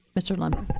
mr. lundberg.